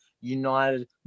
united